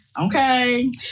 okay